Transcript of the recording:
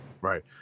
Right